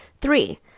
Three